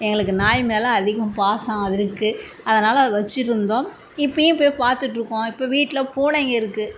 எங்களுக்கு நாய் மேல அதிகம் பாசம் அதுயிருக்கு அதனால அதை வச்சிருந்தோம் இப்போயும் போய் பார்த்துட்ருக்கோம் ஆனால் இப்போ வீட்டில் பூனைங்க இருக்குது